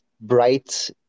bright